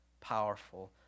powerful